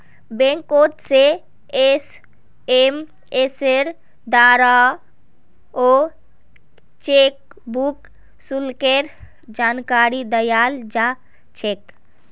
बैंकोत से एसएमएसेर द्वाराओ चेकबुक शुल्केर जानकारी दयाल जा छेक